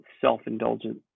self-indulgent